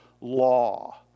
law